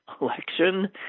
election